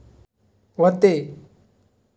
व्हते